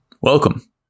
welcome